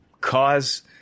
cause